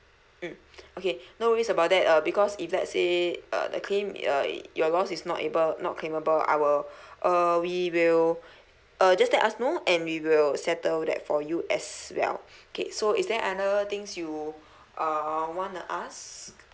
mm okay no worries about that uh because if let's say uh the claim uh your loss is not able not claimable I will uh we will uh just let us know and we will settle that for you as well okay so is there other things you uh want to ask